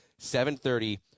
7.30